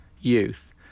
youth